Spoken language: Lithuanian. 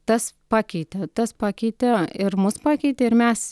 tas pakeitė tas pakeitė ir mus pakeitė ir mes